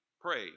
Pray